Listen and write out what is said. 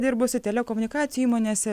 dirbusi telekomunikacijų įmonėse